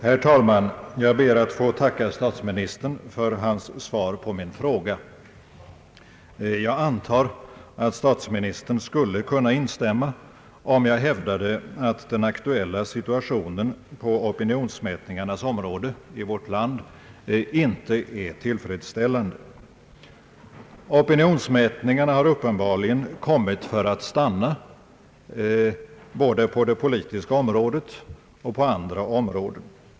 Herr talman! Jag ber att få tacka statsministern för hans svar på min fråga. Jag antar att statsministern skulle kunna instämma, om jag hävdade att den aktuella situationen på opinionsmätningarnas område i vårt land inte är tillfredsställande. Opinionsmätningarna har uppenbarligen kommit för att stanna både på det politiska området och på andra områden.